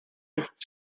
ist